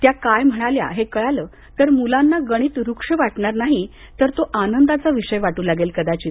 त्या काय म्हणाल्या हे कळलं तर मुलांना गणित रुक्ष वाटणार नाही तर तो आनंदाचा विषय वाटू लागेल कदाचित